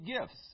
gifts